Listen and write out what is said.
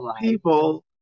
people